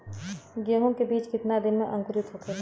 गेहूँ के बिज कितना दिन में अंकुरित होखेला?